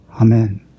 Amen